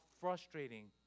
frustrating